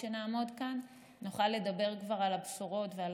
כשנעמוד כאן נוכל לדבר על הבשורות ועל